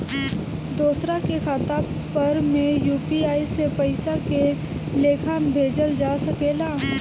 दोसरा के खाता पर में यू.पी.आई से पइसा के लेखाँ भेजल जा सके ला?